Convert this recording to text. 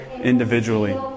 individually